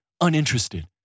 uninterested